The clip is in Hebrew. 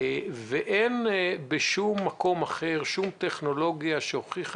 ואין בשום מקום אחר שום טכנולוגיה שהוכיחה